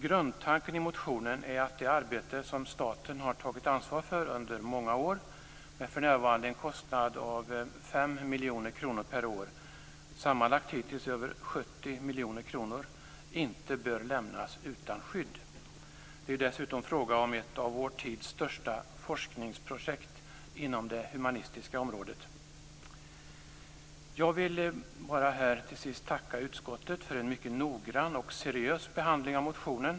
Grundtanken i motionen är att det arbete som staten har tagit ansvar för under många år med för närvarande en kostnad på 5 miljoner kronor per år, sammanlagt hittills över 70 miljoner kronor, inte bör lämnas utan skydd. Det är dessutom fråga om ett av vår tids största forskningsprojekt inom det humanistiska området. Jag vill till sist tacka utskottet för en mycket noggrann och seriös behandling av motionen.